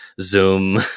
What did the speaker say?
Zoom